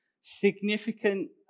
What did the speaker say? significant